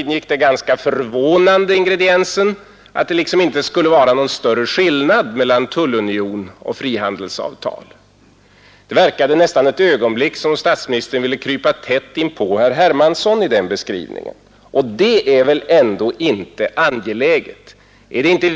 ingick bl.a. den ganska förvånande ingrediensen att det liksom inte skulle vara någon större skillnad mellan en tullunion och frihandelsavtal. Det verkade nästan ett ögonblick som om statsministern ville krypa tätt inpå herr Hermansson i den beskrivningen, och det är väl ändå inte angeläget.